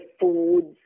foods